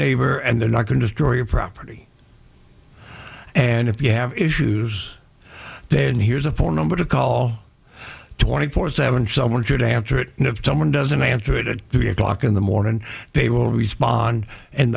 neighbor and they're not going to store your property and if you have issues then here's a phone number to call twenty four seventh's i want you to answer it and if someone doesn't answer it at three o'clock in the morning they will respond and